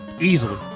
easily